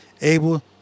able